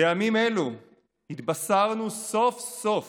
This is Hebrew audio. בימים אלו התבשרנו סוף-סוף